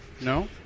No